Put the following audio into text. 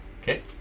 Okay